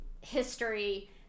history